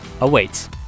awaits